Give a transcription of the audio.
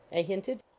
i hinted.